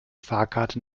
fahrkarte